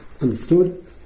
understood